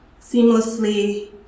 seamlessly